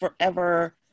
forever